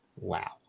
wow